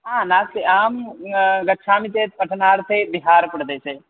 नास्ति अहं गच्छामि चेत् पठनार्थे बिहार् प्रदेशे